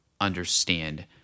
understand